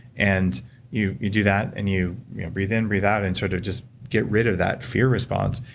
and you you do that and you breathe in breathe out, and sort of just get rid of that fear response,